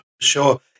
Sure